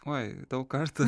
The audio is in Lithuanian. oi daug kartų